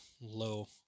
low